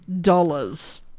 dollars